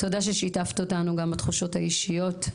תודה ששיתפת אותנו בתחושות האישיות,